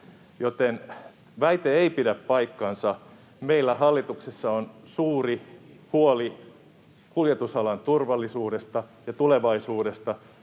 Joten väite ei pidä paikkaansa: Meillä hallituksessa on suuri huoli kuljetusalan turvallisuudesta ja tulevaisuudesta.